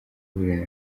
bibiri